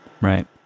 Right